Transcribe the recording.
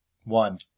One